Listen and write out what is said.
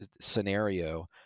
scenario